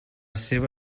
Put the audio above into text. seva